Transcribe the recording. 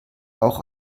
auch